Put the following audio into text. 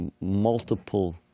multiple